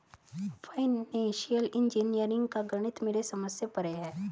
financial engineering का गणित मेरे समझ से परे है